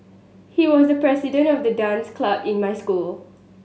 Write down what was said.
he was the president of the dance club in my school